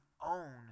own